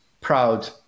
proud